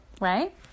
right